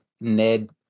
Ned